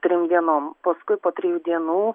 trim dienom paskui po trijų dienų